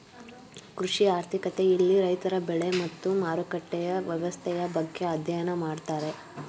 ಕೃಷಿ ಆರ್ಥಿಕತೆ ಇಲ್ಲಿ ರೈತರ ಬೆಳೆ ಮತ್ತು ಮಾರುಕಟ್ಟೆಯ ವ್ಯವಸ್ಥೆಯ ಬಗ್ಗೆ ಅಧ್ಯಯನ ಮಾಡ್ತಾರೆ